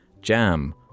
Jam